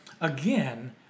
again